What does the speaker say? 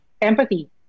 empathy